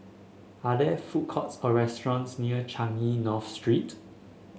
are there food courts or restaurants near Changi North Street